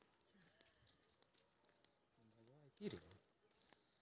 Gold bond में हम की ल सकै छियै?